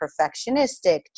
perfectionistic